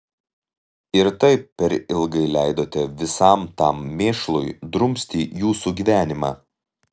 ir taip per ilgai leidote visam tam mėšlui drumsti jūsų gyvenimą